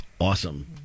awesome